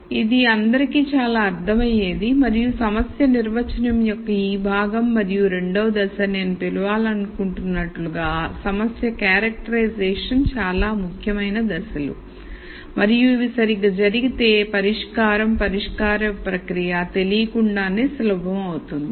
కాబట్టి ఇది అందరికీ చాలా అర్ధమయ్యేది మరియు సమస్య నిర్వచనం యొక్క ఈ భాగం మరియు రెండవ దశ నేను పిలవాలనుకుంటున్నట్లుగా సమస్య క్యారెక్టరైజేషన్ చాలా ముఖ్యమైన దశలు మరియు ఇవి సరిగ్గా జరిగితే పరిష్కారంపరిష్కార ప్రక్రియ తెలియకుండానే సులభం అవుతుంది